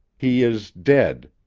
he is dead.